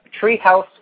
Treehouse